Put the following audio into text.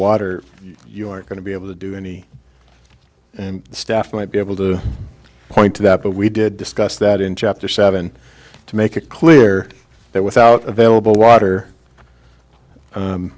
water you are going to be able to do any and stuff might be able to point to that but we did discuss that in chapter seven to make it clear that without available water